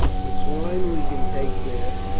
the swine we can take there,